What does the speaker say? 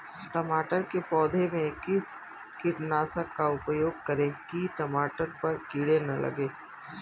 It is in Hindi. टमाटर के पौधे में किस कीटनाशक का उपयोग करें कि टमाटर पर कीड़े न लगें?